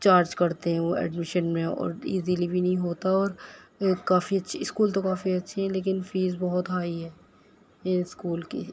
charge کرتے ہیں وہ ایڈمیشن میں اور ایزیلی بھی نہیں ہوتا اور کافی اچھی اسکول تو کافی اچھی ہے لیکن فیس بہت ہائی ہے اِن اسکول کی